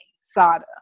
SADA